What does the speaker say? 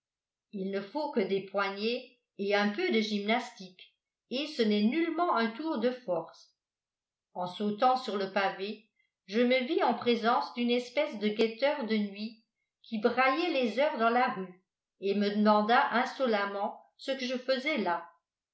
il ne faut que des poignets et un peu de gymnastique et ce n'est nullement un tour de force en sautant sur le pavé je me vis en présence d'une espèce de guetteur de nuit qui braillait les heures dans la rue et me demanda insolemment ce que je faisais là